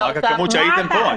רק הכמות שהייתם פה.